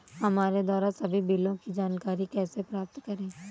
हमारे द्वारा सभी बिलों की जानकारी कैसे प्राप्त करें?